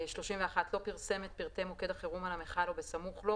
(31) לא פרסם את פרטי מוקד החירום על המכל או בסמוך לו,